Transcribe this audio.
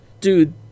Dude